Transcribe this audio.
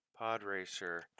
Podracer